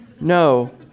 No